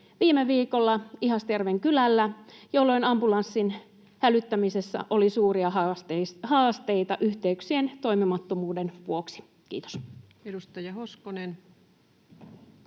viime viikolla Ihastjärven kylällä, jolloin ambulanssin hälyttämisessä oli suuria haasteita yhteyksien toimimattomuuden vuoksi? — Kiitos. [Speech